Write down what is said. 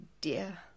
dear